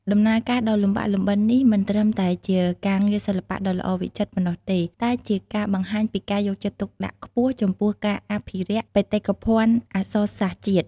ដំណើរការដ៏លំបាកលំបិននេះមិនត្រឹមតែជាការងារសិល្បៈដ៏ល្អវិចិត្រប៉ុណ្ណោះទេ តែជាការបង្ហាញពីការយកចិត្តទុកដាក់ខ្ពស់ចំពោះការអភិរក្សបេតិកភណ្ឌអក្សរសាស្ត្រជាតិ។